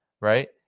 Right